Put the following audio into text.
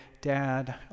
Dad